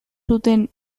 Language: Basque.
zuten